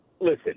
Listen